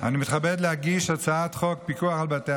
אני מתכבד להגיש את הצעת חוק פיקוח על בתי